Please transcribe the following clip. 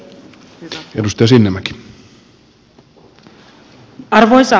arvoisa puhemies